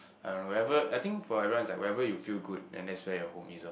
I don't know where ever I think for everyone is like where ever you feel good and that's where your home is oh